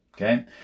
Okay